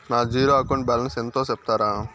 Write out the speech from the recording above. నా zero account balance ఎంతో సెప్తారా?